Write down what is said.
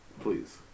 Please